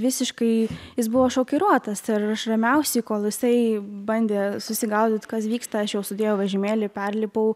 visiškai jis buvo šokiruotas ir aš ramiausiai kol jisai bandė susigaudyt kas vyksta aš jau sėdėjau vežimėly perlipau